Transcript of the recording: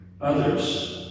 others